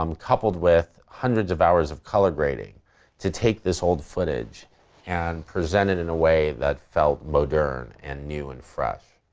um coupled with hundreds of hours of colour grating to take this old footage and present it in a way that felt moderne, and new, and fresh.